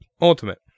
Ultimate